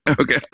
Okay